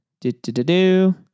Do-do-do-do